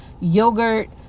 yogurt